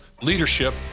Leadership